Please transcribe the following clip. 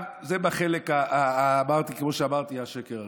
זה, כמו שאמרתי, השקר הראשון.